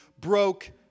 broke